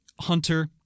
Hunter